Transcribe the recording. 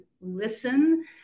listen